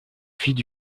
fille